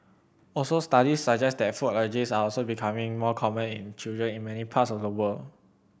also studies suggest that food allergies are also becoming more common in children in many parts of the world